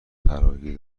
فراگیر